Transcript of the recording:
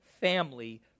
family